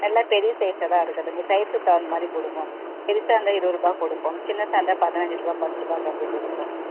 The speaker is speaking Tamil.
எல்லாம் பெரிய சைசாக தான் இருக்குதுங்க சைஸ்சுக்கு தகுந்தமாதிரி கொடுப்போம் பெருசாக இருந்தால் இருவது ரூபாய் கொடுப்போம் சின்னதா இருந்தால் பதினஞ்சு ரூபாய் பத்து ரூபாய்க்கு அப்படி கொடுப்போம்